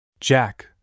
Jack